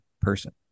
person